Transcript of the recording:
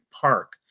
Park